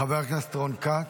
חבר הכנסת רון כץ.